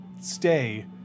stay